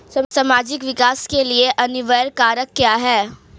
सामाजिक विकास के लिए अनिवार्य कारक क्या है?